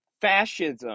fascism